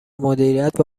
مدیریت